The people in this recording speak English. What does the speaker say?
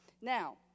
Now